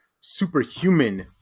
superhuman